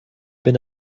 bin